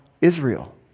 Israel